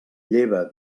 lleva